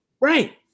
right